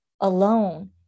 alone